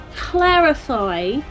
clarify